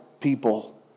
people